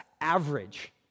average